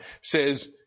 says